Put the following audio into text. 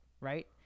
right